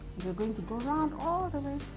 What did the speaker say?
we're gong to go round all the the